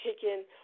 chicken